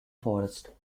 forest